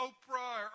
Oprah